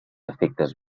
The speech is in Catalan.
efectes